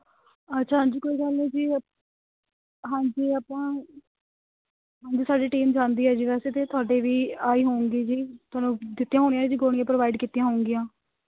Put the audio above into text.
ਅੱਛਾ ਹਾਂਜੀ ਕੋਈ ਗੱਲ ਨਹੀਂ ਜੀ ਹਾਂਜੀ ਆਪਾਂ ਹਾਂਜੀ ਸਾਡੀ ਟੀਮ ਜਾਂਦੀ ਹੈ ਜੀ ਵੈਸੇ ਤਾਂ ਤੁਹਾਡੇ ਵੀ ਆਈ ਹੋਵੇਗੀ ਜੀ ਤੁਹਾਨੂੰ ਦਿੱਤੀਆਂ ਹੋਣੀਆਂ ਜੀ ਗੋਲੀਆਂ ਪ੍ਰੋਵਾਈਡ ਕੀਤੀਆਂ ਹੋਣਗੀਆਂ